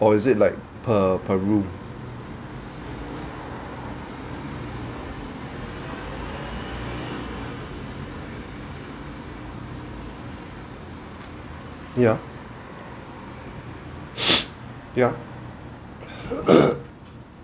or is it like per per room ya ya